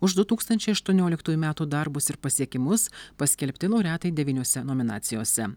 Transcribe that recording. už du tūkstančiai aštuonioliktųjų metų darbus ir pasiekimus paskelbti laureatai devyniose nominacijose